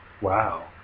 Wow